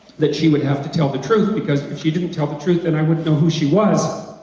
that she would have to tell the truth because if she didn't tell the truth and i wouldn't know who she was,